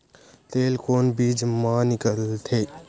तेल कोन बीज मा निकलथे?